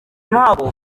ntago